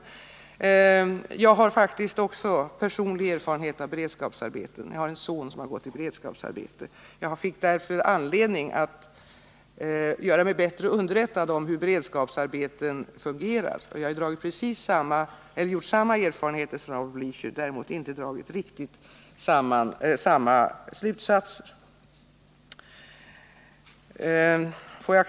Men jag har faktiskt också personlig erfarenhet av beredskapsarbete — jag har en son som har gått i beredskapsarbete. Jag fick då anledning att göra mig bättre underrättad om hur beredskapsarbeten fungerar, och jag har gjort precis samma erfarenheter som Raul Blächer. Jag har däremot inte dragit riktigt samma slutsatser av dem.